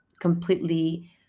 completely